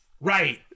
Right